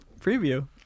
preview